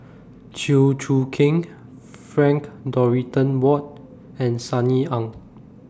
Chew Choo Keng Frank Dorrington Ward and Sunny Ang